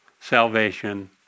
salvation